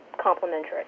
complementary